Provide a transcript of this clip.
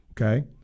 okay